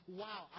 wow